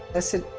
i said,